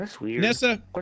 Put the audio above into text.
Nessa